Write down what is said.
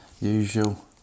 usual